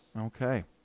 Okay